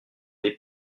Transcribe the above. les